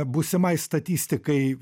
būsimai statistikai